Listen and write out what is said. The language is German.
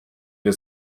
wir